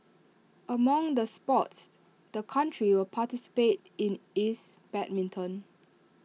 among the sports the country will participate in is badminton